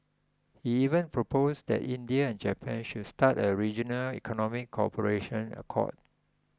he even proposed that India and Japan should start a regional economic cooperation accord